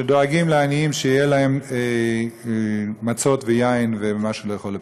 שדואגים לעניים שיהיו להם מצות ויין ומשהו לאכול לפסח.